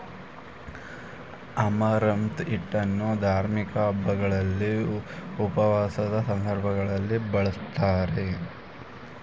amaranth ಹಿಟ್ಟನ್ನು ಧಾರ್ಮಿಕ ಹಬ್ಬಗಳಲ್ಲಿ, ಉಪವಾಸದ ಸಂದರ್ಭಗಳಲ್ಲಿ ಬಳ್ಸತ್ತರೆ